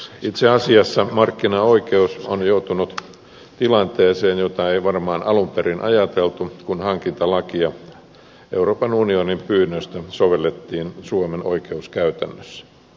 itse asiassa markkinaoikeus on joutunut tilanteeseen jota ei varmaan alun perin ajateltu kun hankintalakia euroopan unionin pyynnöstä sovellettiin suomen oikeuskäytännössä